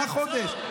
מה חודש?